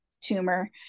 tumor